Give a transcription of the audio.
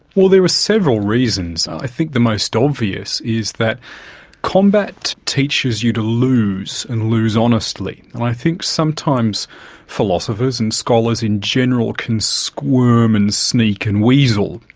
well, there are several reasons. i think the most obvious is that combat teaches you to lose, and lose honestly i think sometimes philosophers and scholars in general can squirm and sneak and weasel,